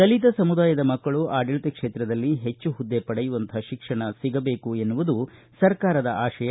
ದಲಿತ ಸಮುದಾಯದ ಮಕ್ಕಳು ಆಡಳಿತ ಕ್ಷೇತ್ರದಲ್ಲಿ ಹೆಚ್ಚು ಹುದ್ದೆ ಪಡೆಯುವಂಥ ಶಿಕ್ಷಣ ಸಿಗಬೇಕು ಎನ್ನುವುದು ಸರ್ಕಾರದ ಆಶಯ